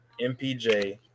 MPJ